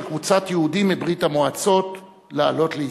קבוצת יהודים מברית-המועצות לעלות לישראל.